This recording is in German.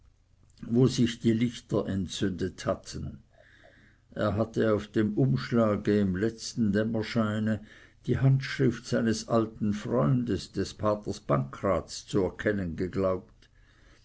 wo sich die lichter entzündet hatten er hatte auf dem umschlage im letzten dämmerscheine die handschrift seines alten freundes des paters pancraz zu erkennen geglaubt